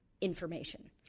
information